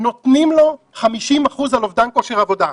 נותנים לו 50% על אובדן כושר עבודה,